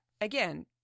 again